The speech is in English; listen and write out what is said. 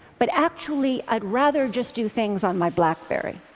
but actually i'd rather just do things on my blackberry.